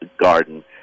Garden